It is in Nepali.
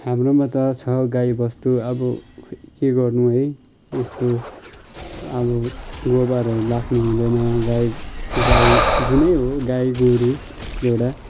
हाम्रोमा त छ गाईबस्तु अब खोइ के गर्नु है यस्तो अब गोबारहरू लाग्नु हुँदैन गाई गाई जुनै हो गाईगोरु एउटा